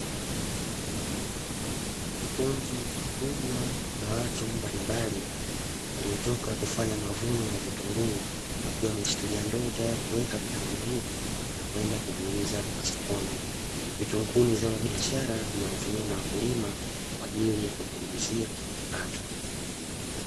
Kundi kubwa la watu mbalimbali waliotoka kufanya mavuno ya vitunguu wakiwa wameshikilia ndoo tayari kuweke vitunguu hivyo na kwenda kuviuza masokoni, vitunguu ni zao la biashara linalotumiwa na wakulima kwa ajili ya kujiingizia kipato.